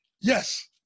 yes